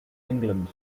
england